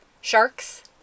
sharks